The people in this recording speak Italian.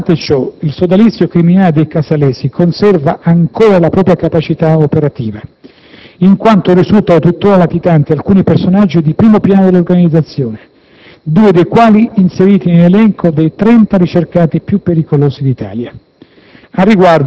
Nonostante ciò, il sodalizio criminale dei Casalesi conserva ancora la propria capacità operativa, in quanto risultano tuttora latitanti alcuni personaggi di primo piano dell'organizzazione, due dei quali inseriti nell'elenco dei 30 ricercati più pericolosi d'Italia.